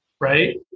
right